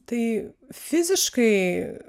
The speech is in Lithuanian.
tai fiziškai